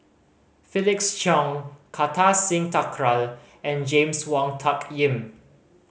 Felix Cheong Kartar Singh Thakral and James Wong Tuck Yim